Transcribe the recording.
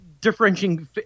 differentiating